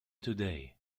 today